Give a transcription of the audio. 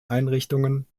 einrichtungen